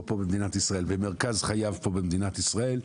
פה במדינת ישראל ומרכז חייו פה במדינת ישראל,